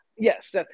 Yes